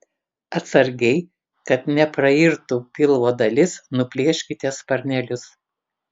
atsargiai kad neprairtų pilvo dalis nuplėškite sparnelius